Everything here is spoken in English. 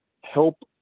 help